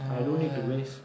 I don't need to waste